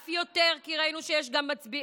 כי ראינו שיש גם מצביעי ליכוד,